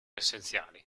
essenziali